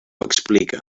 explica